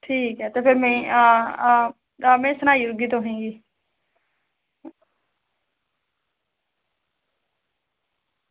ठीक ऐ तुसें आं आं आं में सनाई ओड़गी तुसेंगी बी